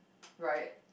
right